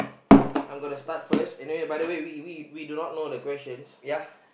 I'm gonna start first and the way by the way we we we do not know the questions